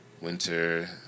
Winter